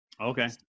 Okay